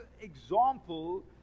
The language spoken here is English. example